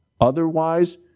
Otherwise